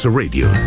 radio